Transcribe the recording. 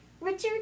Richard